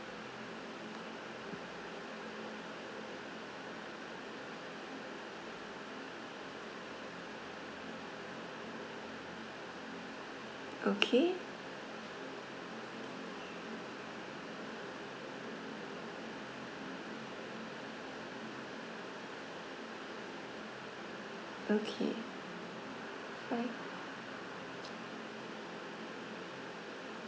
okay okay five